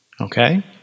okay